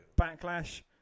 backlash